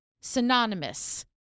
synonymous